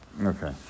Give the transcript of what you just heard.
Okay